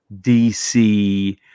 DC